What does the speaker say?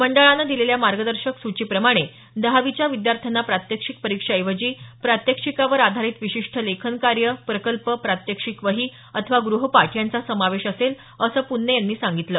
मंडळानं दिलेल्या मार्गदर्शक सूचीप्रमाणे दहावीच्या विद्यार्थ्यांना प्रात्यक्षिक परिक्षेऐवजी प्रात्यक्षिकावर आधारित विशिष्ट लेखनकार्य प्रकल्प प्रात्यक्षिक वही अथवा ग्रहपाठ यांचा समावेश असेल असं पुन्ने यांनी सांगितलं